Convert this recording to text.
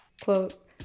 quote